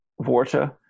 Vorta